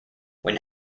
when